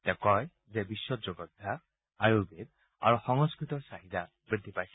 তেওঁ কয় যে বিশ্বত যোগভ্যাস আয়ুৰ্বেদ আৰু সংস্কৃতৰ চাহিদা বৃদ্ধি পাইছে